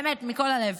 באמת, מכל הלב: